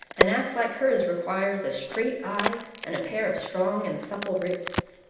an act like hers requires a straight eye and a pair of strong and supple wrists.